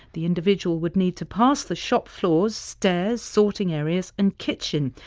the individual would need to pass the shop floors stairs, sorting areas and kitchen,